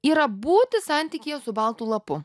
yra būti santykyje su baltu lapu